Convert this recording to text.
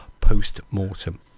post-mortem